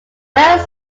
sir